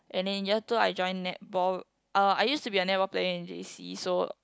and then year two I join netball uh I used to be a netball player in J_C so